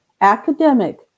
academic